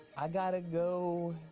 i got to go